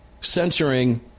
censoring